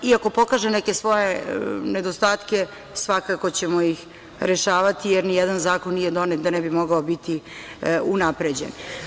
Iako pokaže neke svoje nedostatke, svakako ćemo ih rešavati, jer ni jedan zakon nije donet da ne bi mogao biti unapređen.